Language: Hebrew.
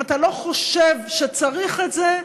אם אתה לא חושב שצריך את זה,